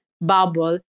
bubble